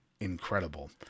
incredible